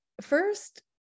First